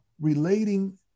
relating